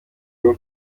rwo